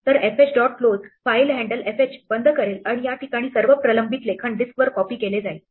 तर fh dot close file handle fh बंद करेल आणि या ठिकाणी सर्व प्रलंबित लेखन डिस्कवर कॉपी केले जाईल